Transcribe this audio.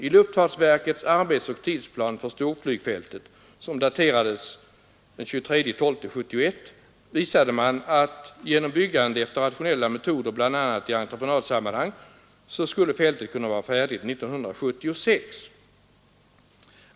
I luftfartsverkets arbetsoch tidsplan för storflygfältet, som daterades den 23 december 1971, visade man att genom byggande efter rationella metoder, bl.a. i entreprenadsammanhang, skulle fältet kunna vara färdigt 1976.